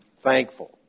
thankful